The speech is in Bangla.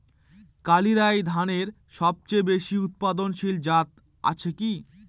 কালিরাই ধানের সবচেয়ে বেশি উৎপাদনশীল জাত আছে কি?